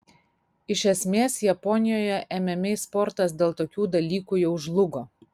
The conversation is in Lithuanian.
iš esmės japonijoje mma sportas dėl tokių dalykų jau žlugo